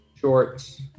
shorts